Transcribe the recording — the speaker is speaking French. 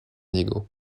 diego